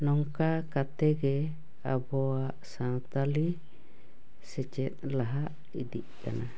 ᱱᱚᱝᱠᱟ ᱠᱟᱛᱮ ᱜᱮ ᱟᱵᱚᱭᱟᱜ ᱥᱟᱱᱛᱟᱲᱤ ᱥᱮᱪᱮᱫ ᱞᱟᱦᱟ ᱤᱫᱤᱜ ᱠᱟᱱᱟ